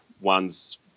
one's